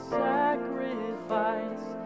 sacrifice